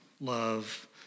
love